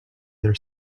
their